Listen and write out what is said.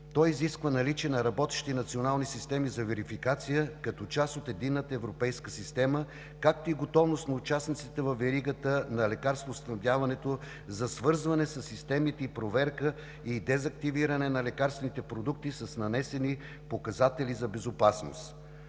Той изисква наличие на работещи национални системи за верификация като част от Единната европейска система, както и готовност на участниците във веригата на лекарствоснабдяването за свързване със системите, проверка и дезактивиране на лекарствените продукти с нанесени показатели за безопасност.